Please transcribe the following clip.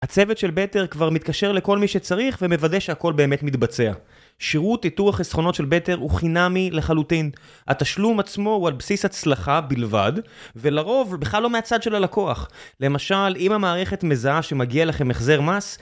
הצוות של בטר כבר מתקשר לכל מי שצריך ומוודא שהכל באמת מתבצע. שירות איתור החסכונות של בטר הוא חינמי לחלוטין התשלום עצמו הוא על בסיס הצלחה בלבד ולרוב בכלל לא מהצד של הלקוח, למשל אם המערכת מזהה שמגיע לכם מחזר מס